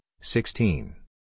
sixteen